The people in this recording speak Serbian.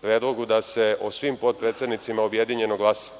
predlogu da se o svim potpredsednicima objedinjeno glasa,